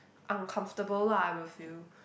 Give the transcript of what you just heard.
uncomfortable lah I will feel